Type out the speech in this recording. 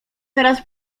teraz